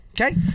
Okay